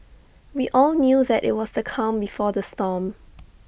we all knew that IT was the calm before the storm